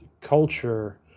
culture